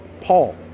Paul